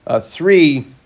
three